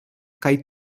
kaj